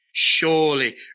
Surely